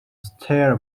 stare